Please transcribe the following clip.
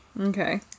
Okay